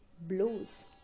blows